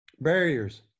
barriers